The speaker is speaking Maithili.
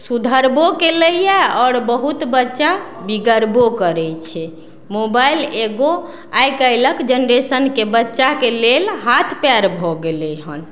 सुधरबो कयलइए आओर बहुत बच्चा बिगड़बो करय छै मोबाइल एगो आइ काल्हिक जेनरेशनके बच्चाके लेल हाथ पयर भऽ गेलै हन